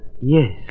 Yes